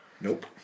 Nope